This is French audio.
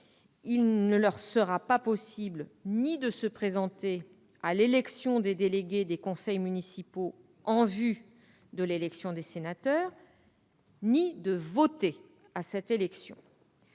les priver de la possibilité de se présenter à l'élection des délégués des conseils municipaux en vue de l'élection sénatoriale, et de voter à cette élection.